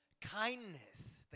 kindness